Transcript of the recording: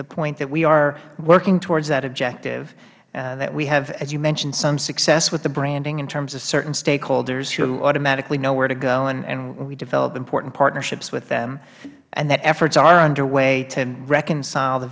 the point that we are working toward that objective we have as you mentioned some success with the branding in terms of certain stakeholders who automatically know where to go and we develop important partnerships with them and that efforts are underway to reconcile the